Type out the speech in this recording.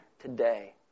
today